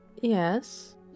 Yes